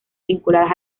vinculadas